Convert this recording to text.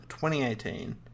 2018